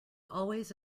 always